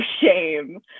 shame